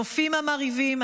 הנופים המרהיבים,